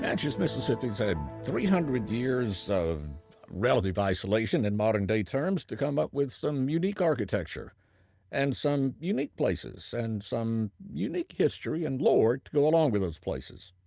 natchez, mississippi's had three hundred years of relative isolation in modern day terms to come up with some unique architecture and some unique places and some unique history and lore to go along with those places.